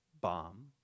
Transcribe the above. bomb